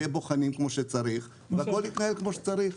יהיה בוחנים כמו שצריך והכול יתנהל כמו שצריך.